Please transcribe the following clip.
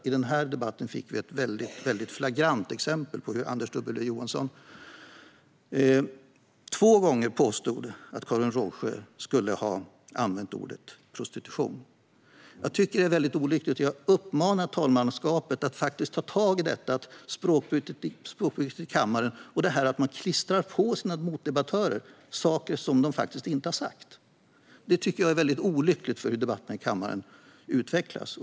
I den här debatten fick vi ett flagrant exempel, där Anders W Jonsson två gånger påstod att Karin Rågsjö skulle ha använt ordet "prostitution". Jag tycker att det är väldigt olyckligt, och jag uppmanar talmanspresidiet att ta tag i detta med språkbruket i kammaren och att man tillskriver sina motdebattörer saker som de faktiskt inte har sagt. Det tycker jag är olyckligt för hur debatten i kammaren utvecklas.